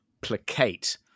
placate